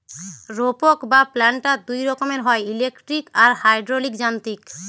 রোপক বা প্ল্যান্টার দুই রকমের হয়, ইলেকট্রিক আর হাইড্রলিক যান্ত্রিক